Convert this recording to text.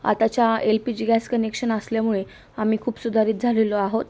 आताच्या L P G gas connection असल्यामुळे आम्ही खूप सुधारित झालेलो आहोत